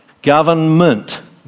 Government